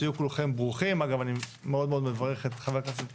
סימן ב': חברות גבייה,